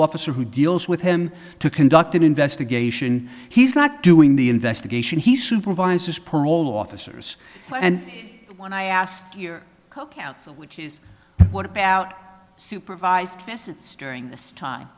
officer who deals with him to conduct an investigation he's not doing the investigation he supervises parole officers and when i ask here co counsel which is what about supervised visits during this time